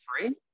three